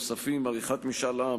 (עריכת משאל עם),